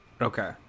Okay